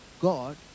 God